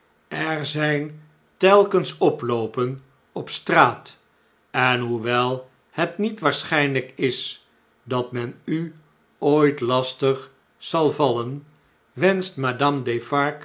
er zn'n telkens oploopen op straat en hoewel het niet waarschn'nln'k is dat men u ooit lastig zal vallen wenscht madame